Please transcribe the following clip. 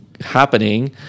happening